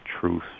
truth